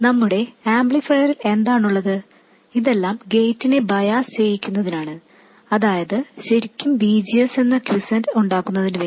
നമ്മുടെ ആംപ്ലിഫയറിൽ എന്താണുള്ളത് ഇതെല്ലാം ഗേറ്റിനെ ബയാസ് ചെയ്യിക്കുന്നതിനാണ് അതായത് ശരിക്കും VGS എന്ന ക്വിസന്റ് ഉണ്ടാക്കുന്നതിനുവേണ്ടി